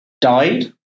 died